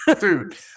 dude